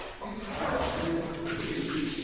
do i curse thee?